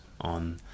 on